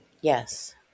Yes